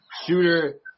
Shooter